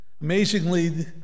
Amazingly